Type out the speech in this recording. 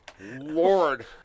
Lord